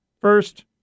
First